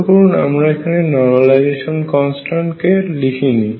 লক্ষ্য করুন আমরা এখানে নরমালাইজেশন কনস্ট্যান্ট কে লিখিনি